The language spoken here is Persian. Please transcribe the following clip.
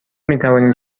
میتوانیم